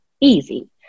easy